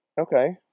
Okay